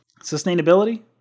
Sustainability